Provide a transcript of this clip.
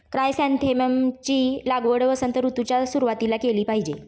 chrysanthemum ची लागवड वसंत ऋतूच्या सुरुवातीला केली पाहिजे